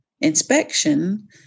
inspection